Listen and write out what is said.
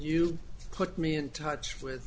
you put me in touch with